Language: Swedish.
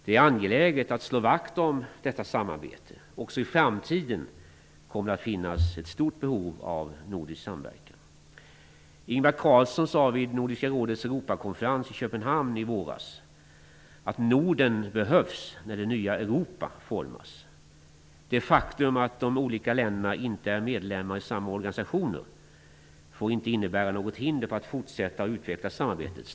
Det är angeläget att slå vakt om detta samarbete. Också i framtiden kommer det att finnas ett stort behov av nordisk samverkan. Ingvar Carlsson sade vid Nordiska rådets Europakonferens i Köpenhamn i våras att Norden behövs när det nya Europa formas. Det faktum att de olika länderna inte är medlemmar i samma organisationer får inte innebära något hinder för att fortsätta, och utveckla, samarbetet.